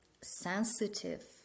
sensitive